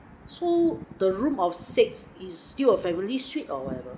so the room of six is still a family suite or whatever